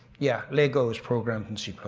yeah, lego's programming c.